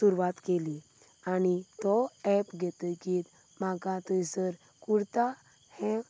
सुरवात केली आनी तो एप घेतकच म्हाका थंयसर कुर्ता हें